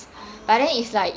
orh